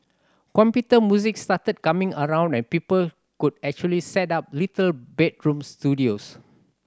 computer music started coming around and people could actually set up little bedroom studios